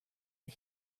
the